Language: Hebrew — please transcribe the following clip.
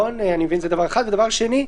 בתיקון השני,